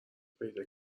پیدا